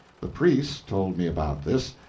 the priests told me about this,